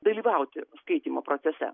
dalyvauti skaitymo procese